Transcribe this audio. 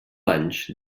anys